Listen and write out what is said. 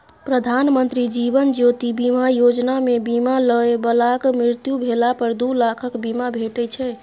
प्रधानमंत्री जीबन ज्योति बीमा योजना मे बीमा लय बलाक मृत्यु भेला पर दु लाखक बीमा भेटै छै